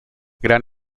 gran